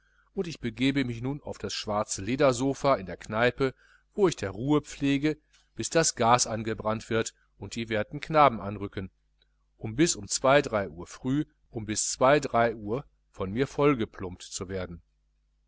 und ich begebe mich nun auf das schwarze ledersopha in der kneipe wo ich der ruhe pflege bis das gas angebrannt wird und die werten knaben anrücken um bis früh zwei drei uhr von mir vollgeplumpt zu werden